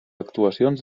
actuacions